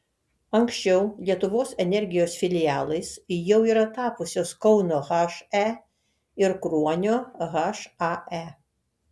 anksčiau lietuvos energijos filialais jau yra tapusios kauno he ir kruonio hae